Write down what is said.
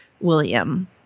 William